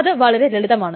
അത് വളരെ ലളിതമാണ്